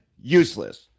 useless